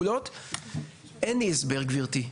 אין לי הסבר גברתי,